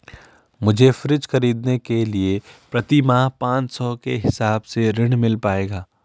मुझे फ्रीज खरीदने के लिए प्रति माह पाँच सौ के हिसाब से ऋण मिल पाएगा?